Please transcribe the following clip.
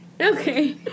Okay